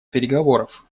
переговоров